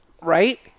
right